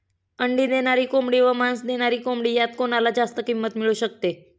अंडी देणारी कोंबडी व मांस देणारी कोंबडी यात कोणाला जास्त किंमत मिळू शकते?